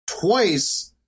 twice